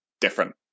different